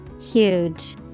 Huge